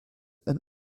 and